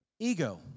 Ego